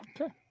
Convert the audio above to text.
Okay